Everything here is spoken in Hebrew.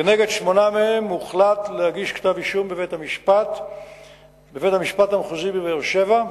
כנגד שמונה מהם הוחלט להגיש כתב-אישום בבית-המשפט המחוזי בבאר-שבע,